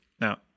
Now